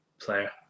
Player